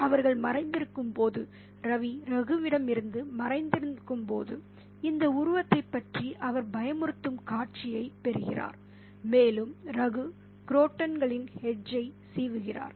அவர்கள் மறைந்திருக்கும்போது ரவி ரகுவிடமிருந்து மறைந்திருக்கும்போது இந்த உருவத்தைப் பற்றி அவர் பயமுறுத்தும் காட்சியைப் பெறுகிறார் மேலும் ரகு குரோட்டன்களின் ஹெட்ஜை சீவுகிறார்